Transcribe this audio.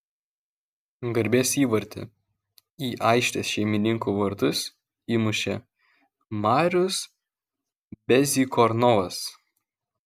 garbės įvartį į aikštės šeimininkų vartus įmušė marius bezykornovas